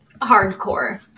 hardcore